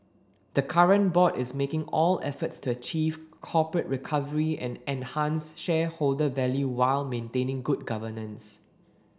the current board is making all efforts to achieve corporate recovery and enhance shareholder value while maintaining good governance